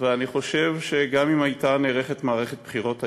ואני חושב שגם אם הייתה נערכת מערכת בחירות היום,